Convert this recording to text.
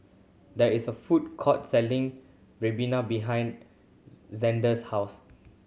there is a food court selling ribena behind Zander's house